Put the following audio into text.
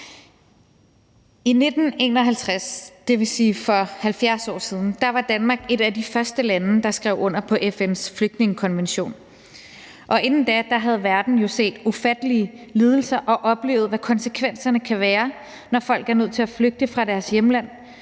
I 1951, dvs. for 70 år siden, var Danmark et af de første lande, der skrev under på FN's flygtningekonvention, og inden da havde verden jo set ufattelige lidelser og oplevet, hvad konsekvenserne kan være, når folk er nødt til at flygte fra deres hjemland